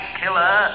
killer